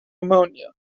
ammonia